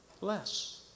less